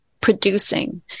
producing